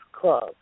club